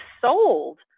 sold